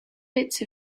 bits